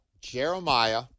Jeremiah